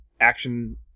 action